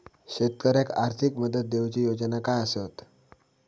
शेतकऱ्याक आर्थिक मदत देऊची योजना काय आसत?